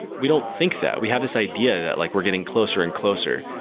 we don't think that. we have this idea that like we're getting closer and closer,